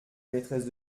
maîtresse